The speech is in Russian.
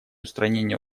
устранения